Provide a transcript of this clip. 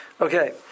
Okay